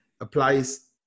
applies